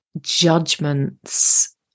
judgments